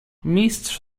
mistrz